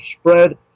spread